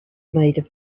made